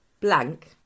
blank